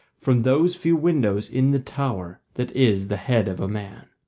from those few windows in the tower that is the head of a man.